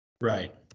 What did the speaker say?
Right